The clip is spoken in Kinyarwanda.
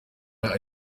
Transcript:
akora